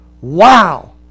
Wow